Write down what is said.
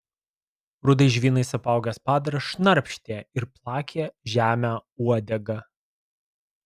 rudais žvynais apaugęs padaras šnarpštė ir plakė žemę uodega